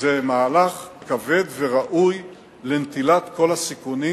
זה מהלך כבד וראוי לנטילת כל הסיכונים,